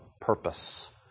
purpose